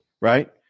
right